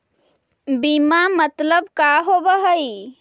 बीमा मतलब का होव हइ?